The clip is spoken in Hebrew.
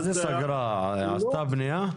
מה זה סגרה, עשתה בנייה?